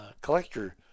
collector